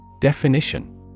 Definition